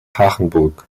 hachenburg